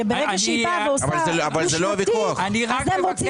שברגע שהיא עושה דו שנתי אז הם רוצים